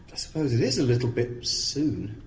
i suppose it is a little bit soon.